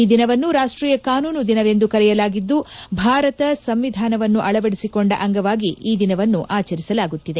ಈ ದಿನವನ್ನು ರಾಷ್ಟೀಯ ಕಾನೂನು ದಿನವೆಂದು ಕರೆಯಲಾಗಿದ್ದು ಭಾರತ ಸಂವಿಧಾನವನ್ನು ಅಳವಡಿಸಿಕೊಂಡ ಅಂಗವಾಗಿ ಈ ದಿನವನ್ನು ಆಚರಿಸಲಾಗುತ್ತಿದೆ